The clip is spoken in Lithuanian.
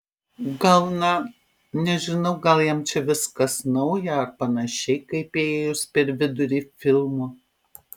gal na nežinau gal jam čia viskas nauja ar panašiai kaip įėjus per vidurį filmo